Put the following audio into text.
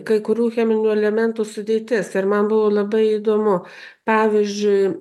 kai kurių cheminių elementų sudėtis ir man buvo labai įdomu pavyzdžiui